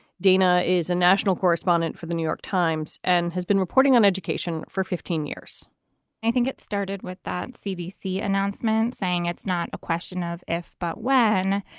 dana is a national correspondent for the new york times and has been reporting on education for fifteen years i think it started with that cdc announcement saying it's not a question of if, but when.